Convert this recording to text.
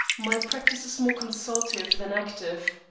my practice is more consultive than active.